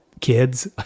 kids